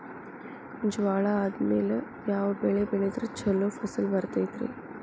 ಜ್ವಾಳಾ ಆದ್ಮೇಲ ಯಾವ ಬೆಳೆ ಬೆಳೆದ್ರ ಛಲೋ ಫಸಲ್ ಬರತೈತ್ರಿ?